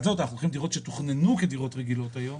זאת אנחנו לוקחים דירות שתוכננו כדירות רגילות היום,